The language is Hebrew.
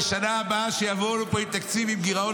ושבשנה הבאה שיבואו לפה עם תקציב עם גירעון